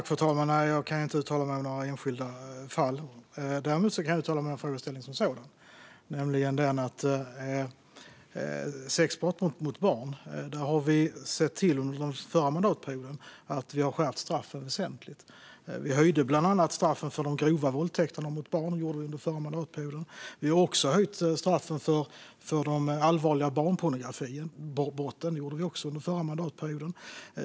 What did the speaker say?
Fru talman! Jag kan inte uttala mig om några enskilda fall, men jag kan däremot uttala mig om frågeställningen som sådan. När det gäller sexbrott mot barn såg vi under den förra mandatperioden till att straffen skärptes väsentligt, bland annat straffen för grov våldtäkt mot barn. Vi har också höjt straffen för allvarliga barnpornografibrott, också under den förra mandatperioden.